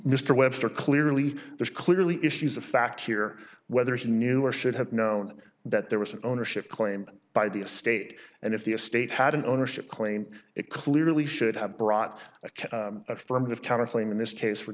mr webster clearly there's clearly issues of fact here whether he knew or should have known that there was an ownership claim by the estate and if the estate had an ownership claim it clearly should have brought affirmative counterclaim in this case for